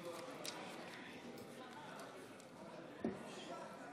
חברות וחברי הכנסת, אלה תוצאות ההצבעה: